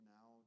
Now